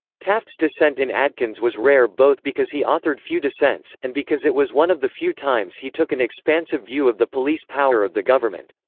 taft's dissent in adkins was rare both because he authored few dissents, and because it was one of the few times he took an expansive view of the police power of the government.